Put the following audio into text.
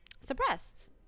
suppressed